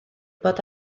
bod